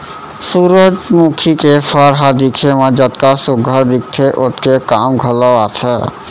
सुरूजमुखी के फर ह दिखे म जतका सुग्घर दिखथे ओतके काम घलौ आथे